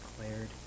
declared